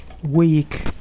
week